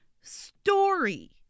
story